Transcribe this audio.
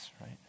right